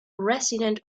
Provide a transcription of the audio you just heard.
resident